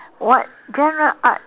what genre arts